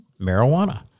marijuana